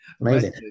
Amazing